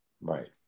right